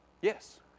Yes